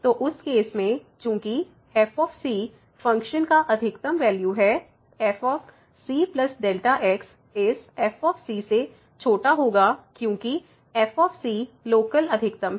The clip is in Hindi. तो उस केस में चूंकि f फ़ंक्शन का अधिकतम वैल्यू है fcΔ x इस f से छोटा होगा क्योंकि f लोकल अधिकतम है